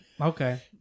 okay